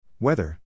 Weather